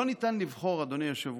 לא ניתן לבחור, אדוני היושב-ראש,